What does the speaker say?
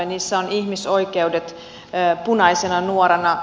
niissä ovat ihmisoikeudet punaisena nuorana